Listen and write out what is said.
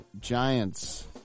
Giants